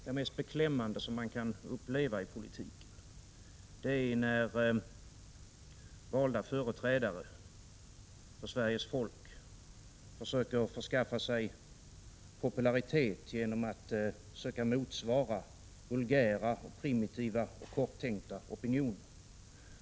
Det mest beklämmande som man kan uppleva i politiken är när valda företrädare för Sveriges folk försöker skaffa sig popularitet genom att söka motsvara vulgära, primitiva och korttänkta opinioner. Ytterst osmakligt är — Prot.